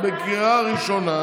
בעד, 28,